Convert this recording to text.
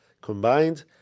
Combined